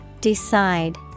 Decide